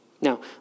Now